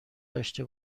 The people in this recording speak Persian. داشته